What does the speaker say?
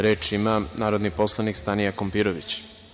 Reč ima narodni poslanik Stanija Kompirović.